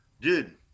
dude